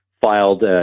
filed